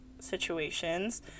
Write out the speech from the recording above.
situations